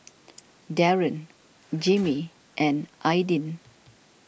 Daron Jimmie and Aidyn